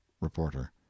reporter